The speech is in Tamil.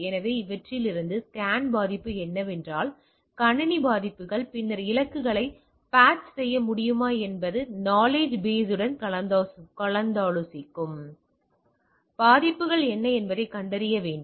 எனவே இவற்றிலிருந்து ஸ்கேன் பாதிப்பு என்னவென்றால் கணினி பாதிப்புகள் பின்னர் இலக்குகளை பேட்ச் செய்ய முடியுமா என்பதை நாலேஜ் பேஸ் உடன் கலந்தாலோசிக்கும் பாதிப்புகள் என்ன என்பதைக் கண்டறிய வேண்டும்